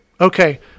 Okay